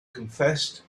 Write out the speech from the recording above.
confessed